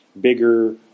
bigger